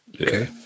Okay